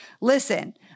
listen